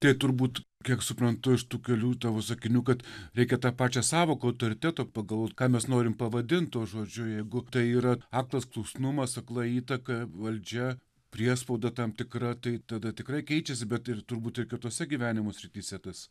tai turbūt kiek suprantu iš tų kelių tavo sakinių kad reikia tą pačią sąvoką autoriteto pagalvot ką mes norim pavadint tuo žodžiu jeigu tai yra aklas klusnumas akla įtaka valdžia priespauda tam tikra tai tada tikrai keičiasi bet ir turbūt ir kitose gyvenimo srityse tas